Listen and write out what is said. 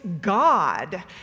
God